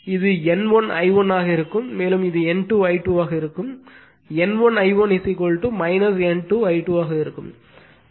இது N1 I1 ஆக இருக்கும் மேலும் இது N2 I2 ஆக இருக்கும் இது N1 I1 N2 I2 ஆக இருக்கும்